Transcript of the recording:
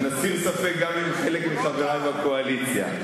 נסיר ספק, גם חלק מחברי בקואליציה.